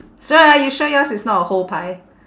sure ah you sure yours is not a whole pie